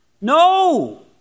No